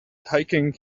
hiking